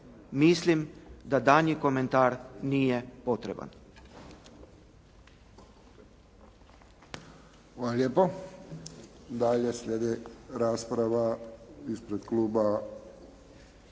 Mislim da daljnji komentar nije potreban.